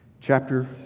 chapter